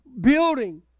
building